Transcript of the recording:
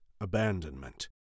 abandonment